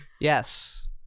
Yes